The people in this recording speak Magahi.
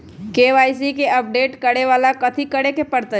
के.वाई.सी के अपडेट करवावेला कथि करें के परतई?